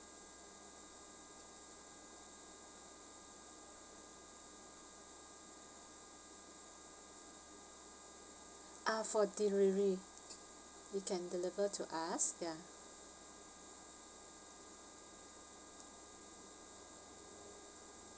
ah for delivery you can deliver to us ya